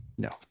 No